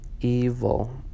evil